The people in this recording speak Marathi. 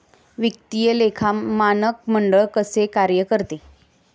वित्तीय लेखा मानक मंडळ कसे कार्य करते?